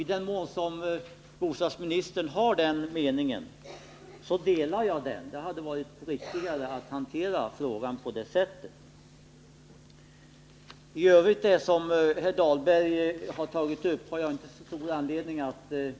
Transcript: I den mån bostadsministern har den meningen, delar jag den. Det hade varit riktigare att hantera frågan på det sättet. I övrigt har jag inte stor anledning att kommentera vad herr Dahlberg tagit upp.